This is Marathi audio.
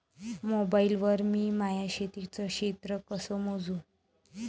मोबाईल वर मी माया शेतीचं क्षेत्र कस मोजू?